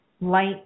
light